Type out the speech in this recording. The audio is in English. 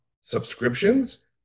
subscriptions